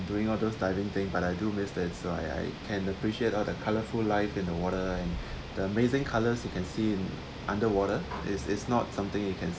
during all those divings day but I do miss that so I I can appreciate all the colourful life in the water and the amazing colours you can see in underwater is is not something you can